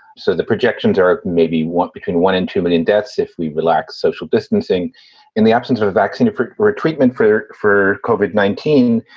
so the projections are maybe want between one and two million deaths if we relax social distancing in the absence of a vaccine or a treatment for for kovac, nineteen,